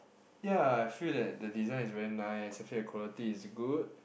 ya I feel that the design is very nice I feel that quality is good